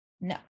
No